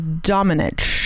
dominic